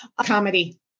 Comedy